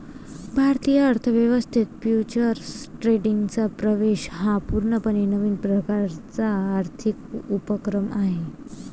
भारतीय अर्थ व्यवस्थेत फ्युचर्स ट्रेडिंगचा प्रवेश हा पूर्णपणे नवीन प्रकारचा आर्थिक उपक्रम आहे